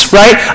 right